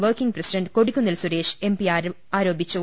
working president Kodikunnil Suresh ആരോപിച്ചു